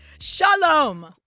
Shalom